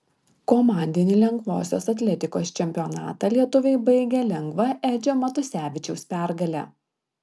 komandinį lengvosios atletikos čempionatą lietuviai baigė lengva edžio matusevičiaus pergale